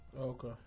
Okay